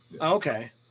okay